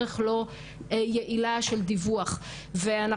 משרדי ממשלה בצורה שהיא לא תמיד מיטבית.